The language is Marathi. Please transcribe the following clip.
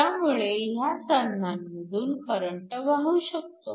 त्यामुळे ह्या साधनांमधून करंट वाहू शकतो